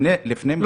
לא, לפני הדוברים.